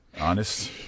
honest